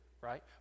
Right